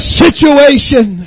situation